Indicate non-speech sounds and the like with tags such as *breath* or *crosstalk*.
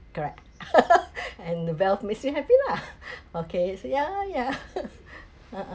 correct *laughs* and the wealth makes you happy lah *breath* okay so yeah yeah *laughs* uh uh